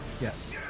Yes